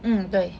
mm 对